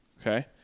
Okay